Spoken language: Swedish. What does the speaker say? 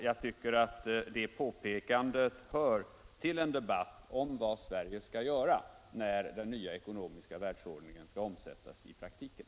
Jag tycker att det påpekandet hör till en debatt om vad Sverige skall göra när den nya ekonomiska världsordningen skall omsättas i praktiken.